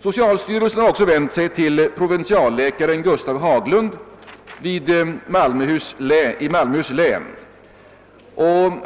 Socialstyrelsen har också vänt sig till provinsialläkaren Gustav Haglund i Malmöhus län.